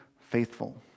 faithful